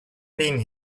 been